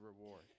reward